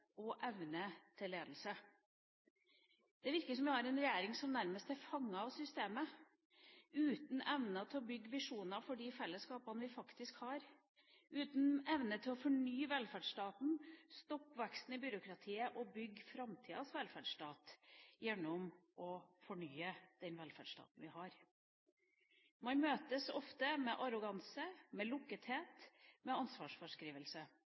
og evne til ledelse. Det virker som om vi har en regjering som nærmest er fanget av systemet, uten evne til å bygge visjoner for de fellesskapene vi faktisk har, uten evne til å fornye velferdsstaten, stoppe veksten i byråkratiet og bygge framtidas velferdsstat gjennom å fornye den velferdsstaten vi har. Man møtes ofte med arroganse, med lukkethet, med